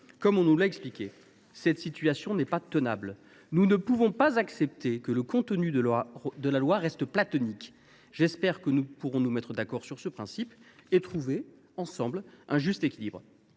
comme on nous l’a expliqué : cette situation n’est pas tenable. Nous ne pouvons pas accepter que le contenu de la loi reste platonique. J’espère que nous pourrons nous mettre d’accord sur ce principe et trouver, ensemble, un juste équilibre.